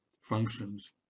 functions